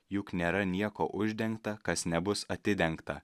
juk nėra nieko uždengta kas nebus atidengta